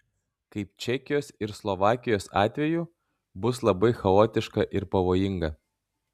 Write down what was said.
kaip čekijos ir slovakijos atveju bus labai chaotiška ir pavojinga